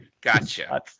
gotcha